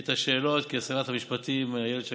את השאלות, כשרת המשפטים, איילת שקד,